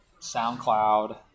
SoundCloud